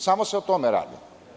Samo se o tome radi.